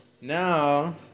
Now